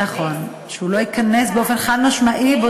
נכון, שהוא לא ייכנס, באופן חד-משמעי.